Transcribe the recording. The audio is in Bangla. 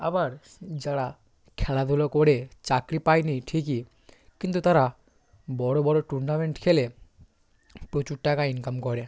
আবার যারা খেলাধুলো করে চাকরি পায় নি ঠিকই কিন্তু তারা বড়ো বড়ো টুর্নামেন্ট খেলে প্রচুর টাকা ইনকাম করে